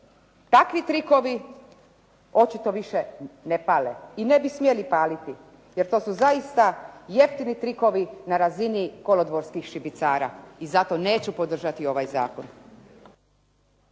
Takvi trikovi očito više ne pale i ne bi smjeli paliti jer to su zaista jeftini trikovi na razini kolodvorskih šibicara. I zato neću podržati ovaj zakon.